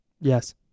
Yes